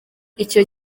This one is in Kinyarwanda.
icyo